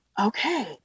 okay